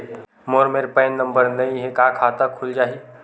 मोर मेर PAN number नई हे का खाता खुल जाही?